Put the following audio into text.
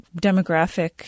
demographic